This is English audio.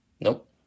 Nope